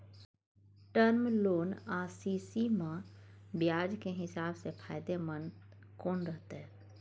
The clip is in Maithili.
टर्म लोन आ सी.सी म ब्याज के हिसाब से फायदेमंद कोन रहते?